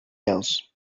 else